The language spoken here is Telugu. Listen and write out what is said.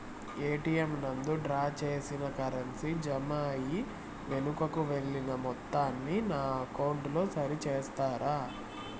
ఎ.టి.ఎం నందు డ్రా చేసిన కరెన్సీ జామ అయి వెనుకకు వెళ్లిన మొత్తాన్ని నా అకౌంట్ లో సరి చేస్తారా?